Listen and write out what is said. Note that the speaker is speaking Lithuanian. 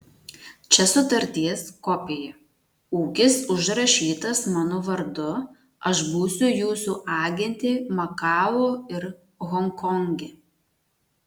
čia sutarties kopija ūkis užrašytas mano vardu aš būsiu jūsų agentė makao ir honkonge